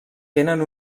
tenen